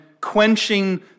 quenching